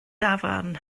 dafarn